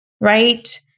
Right